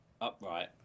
upright